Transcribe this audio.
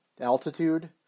Altitude